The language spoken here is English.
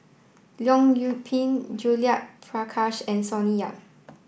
Leong Yoon Pin Judith Prakash and Sonny Yap